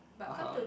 (uh huh)